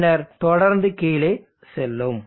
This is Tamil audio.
பின்னர் தொடர்ந்து கீழே செல்லும்